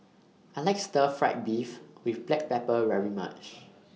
I like Stir Fried Beef with Black Pepper very much